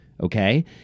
okay